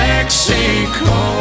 Mexico